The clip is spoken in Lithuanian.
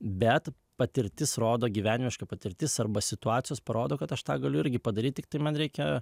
bet patirtis rodo gyvenimiška patirtis arba situacijos parodo kad aš tą galiu irgi padaryt tiktai man reikia